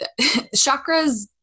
Chakras